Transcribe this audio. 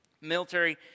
military